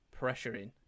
pressuring